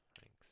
Thanks